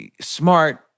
smart